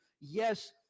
Yes